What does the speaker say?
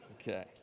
Okay